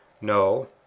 No